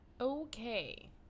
Okay